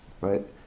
right